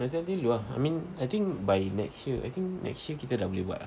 nanti nanti dulu ah I mean I think by next year I think next year kita dah boleh buat ah